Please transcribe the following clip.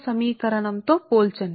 సమీకరణం తో పోల్చండి